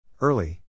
Early